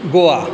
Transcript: Goa